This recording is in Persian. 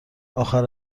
آخر